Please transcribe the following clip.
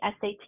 SAT